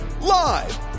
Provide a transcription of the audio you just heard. live